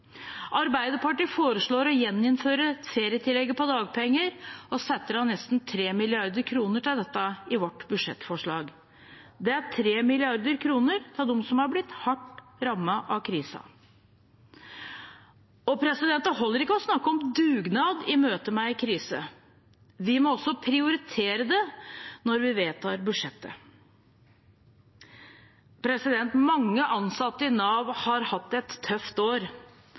Arbeiderpartiet foreslår å gjeninnføre ferietillegget på dagpenger og setter av nesten 3 mrd. kr til dette i vårt budsjettforslag. Det er 3 mrd. kr til dem som har blitt hardt rammet av krisen. Det holder ikke å snakke om dugnad i møte med en krise. Vi må også prioritere det når vi vedtar budsjettet. Mange ansatte i Nav har hatt et tøft år.